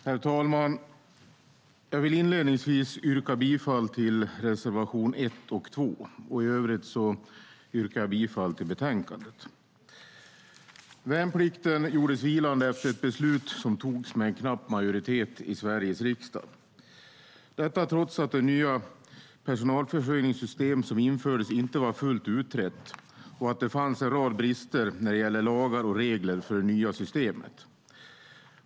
Herr talman! Jag vill inledningsvis yrka bifall till reservation 1 och 2. I övrigt yrkar jag bifall till förslaget i betänkandet. Värnplikten gjordes vilande efter ett beslut som togs med knapp majoritet i Sveriges riksdag, detta trots att det nya personalförsörjningssystem som infördes inte var fullt utrett och att det fanns en rad brister när det gäller lagar och regler för det nya systemet.